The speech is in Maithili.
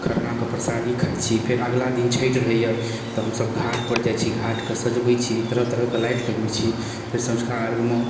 खरनाके परसादी खाइ छी फेर अगला दिन छठि रहैया तऽ हमसब घाट पर जाइ छी घाटके सजबै छी तरह तरहके लाइट लगबै छी फेर सँझुका अर्घ्यमे